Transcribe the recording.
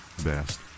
best